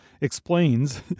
explains